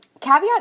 caveat